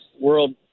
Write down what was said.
world